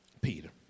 peter